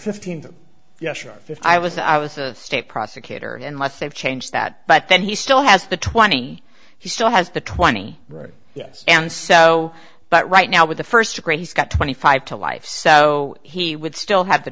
fifteen yes sure if i was i was a state prosecutor in life they've changed that but then he still has the twenty he still has the twenty yes and so but right now with the first grade he's got twenty five to life so he would still have the